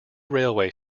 railway